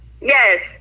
Yes